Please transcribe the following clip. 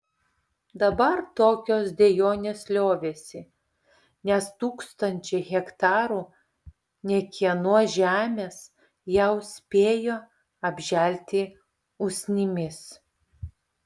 dabar tokios dejonės liovėsi nes tūkstančiai hektarų niekieno žemės jau spėjo apželti usnimis